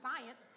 science